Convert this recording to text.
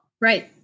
Right